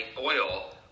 oil